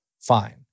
fine